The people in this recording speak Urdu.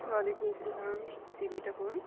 و علیکم السّلام جی بیٹا کون